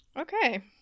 Okay